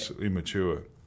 immature